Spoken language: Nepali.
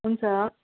हुन्छ